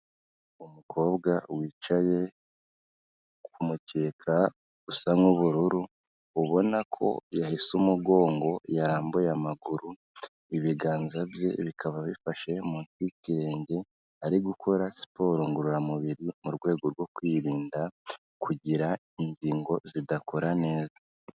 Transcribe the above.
Umukobwa wicaye ku mukeka usa nk'ubururu, ubona ko yahese umugongo, yarambuye amaguru, ibiganza bye bikaba bifashe mu nsi y'ikirenge, ari gukora siporo ngororamubiri mu rwego rwo kwirinda kugira ingingo zidakora neza.